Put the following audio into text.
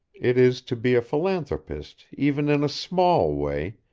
it is to be a philanthropist even in a small way,